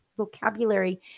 vocabulary